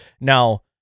Now